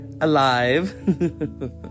alive